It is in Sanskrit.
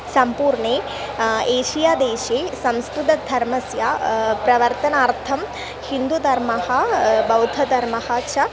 सम्पूर्णे एषियादेशे संस्कृतधर्मस्य प्रवर्तनार्थं हिन्दुधर्मः बौद्धधर्मः च